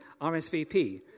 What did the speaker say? RSVP